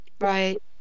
Right